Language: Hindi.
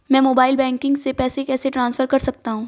मैं मोबाइल बैंकिंग से पैसे कैसे ट्रांसफर कर सकता हूं?